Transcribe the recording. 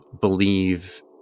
believe